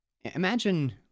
Imagine